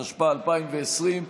התשפ"א 2020,